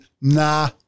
nah